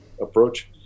approach